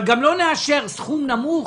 אבל גם לא נאשר סכום נמוך,